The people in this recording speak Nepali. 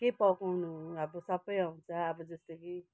के पकाउनु अब सबै आउँछ अब जस्तै कि